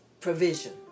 provision